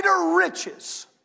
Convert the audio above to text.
riches